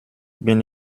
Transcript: bin